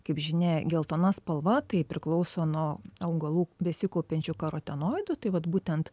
kaip žinia geltona spalva tai priklauso nuo augalų besikaupiančių karotenoidų tai vat būtent